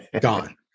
gone